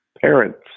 parents